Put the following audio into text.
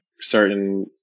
certain